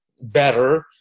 better